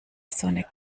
sonne